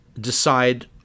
decide